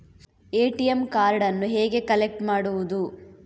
ATM ಕಾರ್ಡನ್ನು ಹೇಗೆ collect ಮಾಡುವುದು?